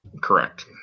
Correct